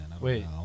wait